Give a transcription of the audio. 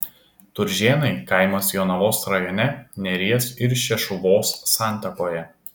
turžėnai kaimas jonavos rajone neries ir šešuvos santakoje